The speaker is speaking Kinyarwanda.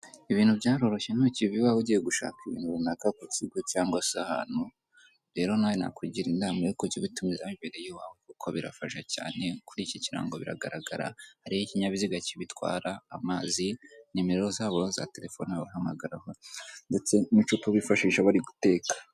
Ibintu byaroroshye ntukiva iwawe ujyiye gushaka ibintu runaka ku kigo cyangwa se ahandi hantu, rero nawe nakugira inama yo kujya ubitumiza wibereye i wawe kuko birafasha cyane, kuri iki kirango biragaragara hariho ikinyabiziga kibitwara amazi, nimero zabo za terefone wabahamagaraho ndetse n'inshuti bifashisha bari guteka.